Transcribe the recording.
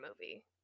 movie